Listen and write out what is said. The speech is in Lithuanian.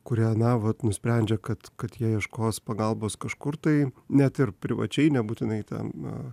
kuria na vat nusprendžia kad kad jie ieškos pagalbos kažkur tai net ir privačiai nebūtinai ten